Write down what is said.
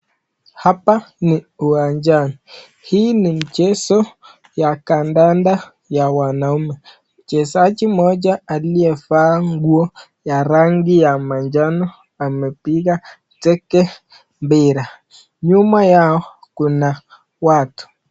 Hapa ni uwanjani. Hii ni mchezo ya kandanda ya wanaume. Mchezaji moja aliyevaa nguo ya rangi ya manjano amepiga teke mpira. Nyuma yao kuna watu.